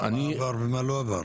מה עבר ומה לא עבר.